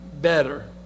better